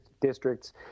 districts